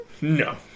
No